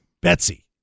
Betsy